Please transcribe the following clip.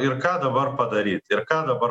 ir ką dabar padaryt ir ką dabar